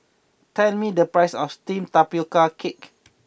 tell me the price of Steamed Tapioca Cake